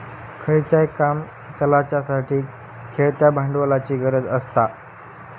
खयचाय काम चलाच्यासाठी खेळत्या भांडवलाची गरज आसता